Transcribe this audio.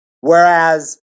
Whereas